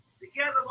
Together